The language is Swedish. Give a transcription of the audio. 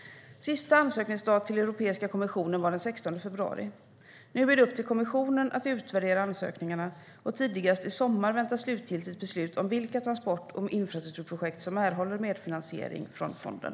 Sista ansökningsdag till Europeiska kommissionen var den 16 februari. Nu är det upp till kommissionen att utvärdera ansökningarna. Tidigast i sommar väntas slutgiltigt beslut om vilka transport och infrastrukturprojekt som erhåller medfinansiering från fonden.